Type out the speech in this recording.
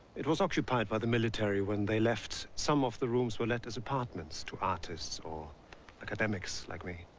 it was occupied by the military when they left some of the rooms were let as apartments to artists or academics like me.